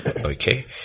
Okay